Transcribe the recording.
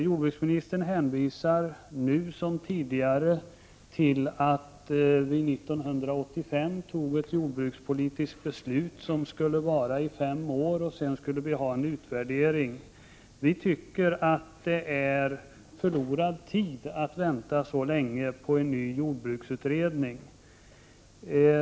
Jordbruksministern hänvisar nu som tidigare till att vi 1985 fattade ett jordbrukspolitiskt beslut som skulle gälla i fem år och att vi sedan skulle ha en utvärdering. Vi tycker att det är förlorad tid att vänta så länge på en ny jordbruksutredning.